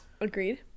Agreed